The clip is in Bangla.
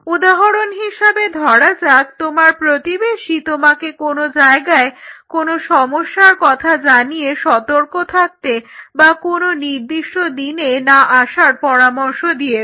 উদাহরণ হিসেবে ধরা যাক তোমার প্রতিবেশী তোমাকে কোনো জায়গায় কোনো সমস্যার কথা জানিয়ে সতর্ক থাকতে বা কোনো নির্দিষ্ট দিনে না আসার পরামর্শ দিয়েছে